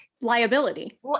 liability